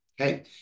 okay